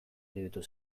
iruditu